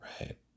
right